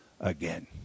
again